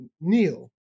Neil